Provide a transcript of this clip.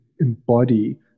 embody